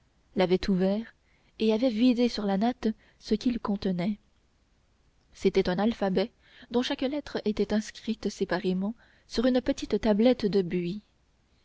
l'avait ouvert et avait vidé sur la natte ce qu'il contenait c'était un alphabet dont chaque lettre était inscrite séparément sur une petite tablette de buis